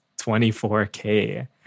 24K